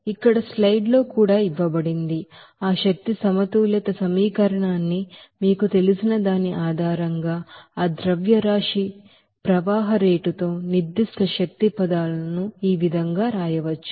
ఇక్కడ ఈ స్లైడ్ లలో కూడా ఇవ్వబడింది ఆ ఎనర్జీ బాలన్స్ ఈక్వేషన్ న్ని మీకు తెలిసిన దాని ఆధారంగా ఆ మాస్ ఫ్లో రేట్ తో నిర్దిష్ట ఎనర్జీ పదాలను ఈ విధంగా వ్రాయవచ్చు